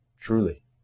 truly